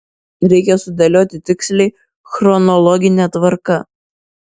reikia sudėlioti tiksliai chronologine tvarka